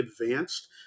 advanced